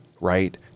right